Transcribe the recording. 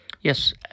Yes